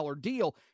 deal